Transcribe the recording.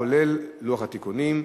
כולל לוח התיקונים.